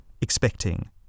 expecting